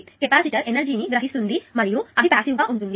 కాబట్టి capacitor energy ని గ్రహిస్తుంది మరియు అది ప్యాసివ్ గా ఉంటుంది